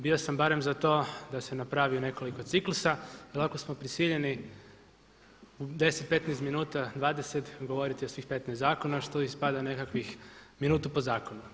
Bio sam barem za to da se napravi u nekoliko ciklusa jer ovako smo prisiljeni u 10, 15 minuta, 20, govoriti o svih 15 zakona što ispada nekakvih minutu po zakonu.